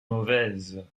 mauvaises